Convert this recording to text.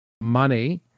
money